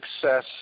success